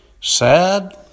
sad